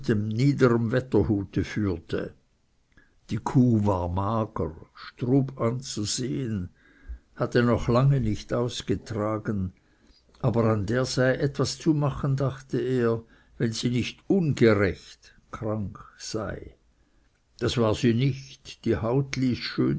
wetterhute führte die kuh war mager strub anzusehen hatte noch lange nicht ausgetragen aber an der sei etwas zu machen dachte er wenn sie nicht ungerecht sei das war sie nicht die haut ließ schön